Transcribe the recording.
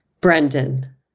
Brendan